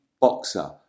boxer